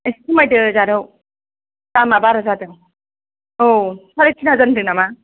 एसे खमायदो जारौ दामा बारा जादों औ साराय तिन हाजार होनदों नामा